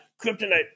Kryptonite